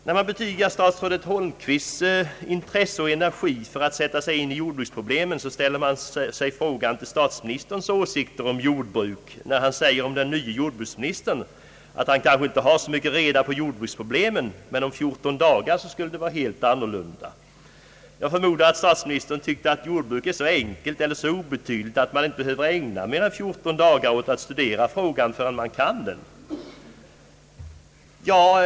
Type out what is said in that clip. När man betygar statsrådet Holmqvists intresse och energi att sätta sig in i jordbruksproblemen, ställer man sig samtidigt frågande till statsministerns åsikter om jordbruk när han om den nye jordbruksministern sade, att han kanske inte hade så mycket reda på jordbruksproblemen men att om fjorton dagar skulle det vara helt annorlunda! Jag förmodar att statsministern tyckte att jordbruk är så enkelt eller så obetydligt att man inte behöver ägna mer än fjorton dagar åt att studera ämnet förrän man kan det.